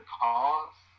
cause